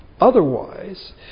Otherwise